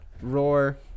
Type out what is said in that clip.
roar